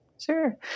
Sure